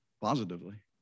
positively